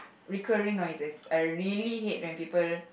recurring noises I really hate when people